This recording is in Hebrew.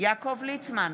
יעקב ליצמן,